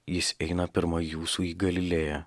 jis eina pirma jūsų į galilėją